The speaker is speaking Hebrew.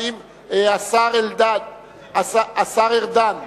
השר ארדן,